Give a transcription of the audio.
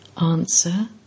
Answer